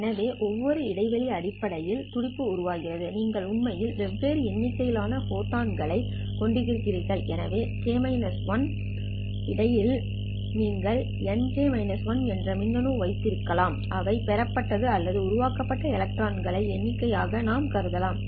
எனவே ஒவ்வொரு இடைவெளி அடிப்படை துடிப்பு உமிழ்கிறது நீங்கள் உண்மையில் வெவ்வேறு எண்ணிக்கையிலான ஃபோட்டான்களைக் கொண்டிருக்கிறீர்கள் எனவே k 1 இடைவெளியில் நீங்கள் Nk 1 என்ற மின்னணு வைத்திருக்கலாம் அவைகளை பெறப்பட்டது அல்லது உருவாக்கப்பட்ட எலக்ட்ரான்கள்களின் எண்ணிக்கை ஆக நாம் கருதலாம்